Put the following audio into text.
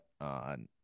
on